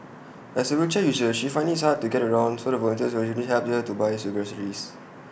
as A wheelchair user she finds IT hard to get around so the volunteers occasionally help her to buy groceries